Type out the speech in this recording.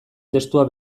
testua